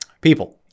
People